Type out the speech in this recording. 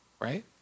Right